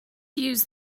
used